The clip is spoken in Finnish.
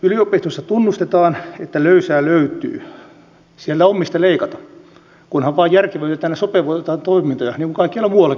yliopistoissa tunnustetaan että löysää löytyy siellä on mistä leikata kunhan vain järkevöitetään ja sopeutetaan toimintoja niin kuin kaikkialla muuallakin yhteiskunnassa